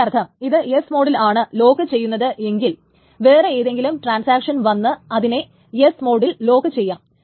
അതിൻറെ അർത്ഥം ഇത് S മോഡിലാണ് ലോക്ക് ചെയ്യുന്നത് എങ്കിൽ വേറെ ഏതെങ്കിലും ട്രാൻസാക്ഷൻ വന്നു ഇതിനെ S മോഡിൽ ലോക്ക് ചെയ്യാം